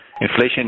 inflation